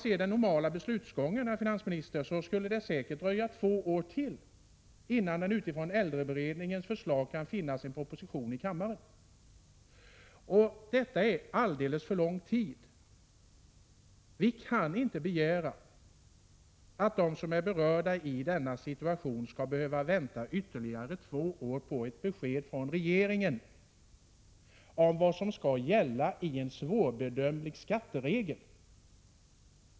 Enligt den normala beslutsgången, herr finansminister, skulle det säkert dröja ytterligare två år innan det finns en proposition i kammaren med utgångspunkt i beredningens förslag. Det är alldeles för lång tid — vi kan inte begära att de som är berörda i denna situation skall behöva vänta ytterligare två år på ett besked från regeringen om vad som skall gälla i fråga om en svårbedömd skatteregel.